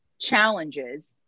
challenges